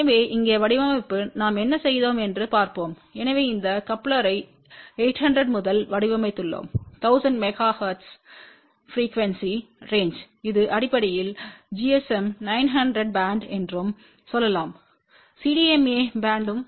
எனவே இங்கே வடிவமைப்பு நாம் என்ன செய்தோம் என்று பார்ப்போம் எனவே இந்த கப்ளரை 800 முதல் வடிவமைத்துள்ளோம் 1000 மெகா ஹெர்ட்ஸ் ப்ரிக்யூவென்ஸி ரேன்ஜ்பை இது அடிப்படையில் GSM 900 பேண்ட் என்றும் சொல்லலாம் CDMA பேண்ட்வும்